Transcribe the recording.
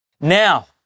Now